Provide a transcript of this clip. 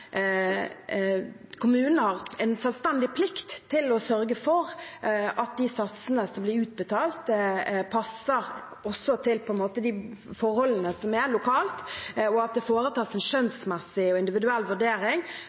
kommunene har en selvstendig plikt til å sørge for at de satsene som blir utbetalt, passer til de forholdene som er lokalt, og at det foretas en skjønnsmessig og individuell vurdering